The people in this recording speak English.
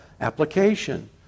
application